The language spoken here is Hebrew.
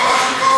לא משהו טוב.